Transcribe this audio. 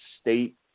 State